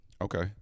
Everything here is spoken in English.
okay